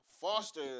Foster